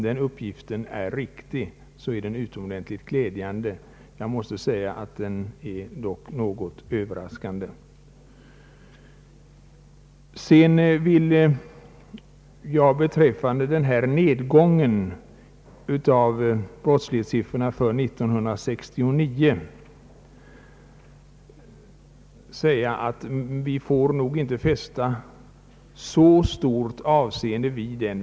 Jag måste dock säga att jag finner uppgiften något överraskande. Beträffande nedgången av brottslighetssiffrorna för 1969 menar jag att vi nog inte bör fästa så stort avseende vid den.